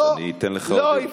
לא, לא.